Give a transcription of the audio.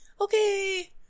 okay